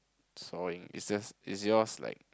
sawing is just is yours like